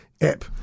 app